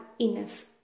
enough